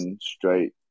straight